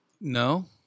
no